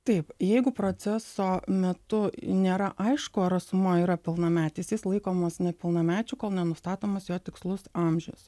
taip jeigu proceso metu nėra aišku ar asmuo yra pilnametis jis laikomas nepilnamečiu kol nenustatomas jo tikslus amžius